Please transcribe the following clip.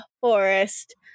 forest